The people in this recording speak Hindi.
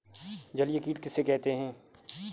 जलीय कीट किसे कहते हैं?